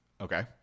Okay